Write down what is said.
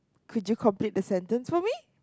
could you complete the sentence for me